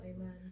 Amen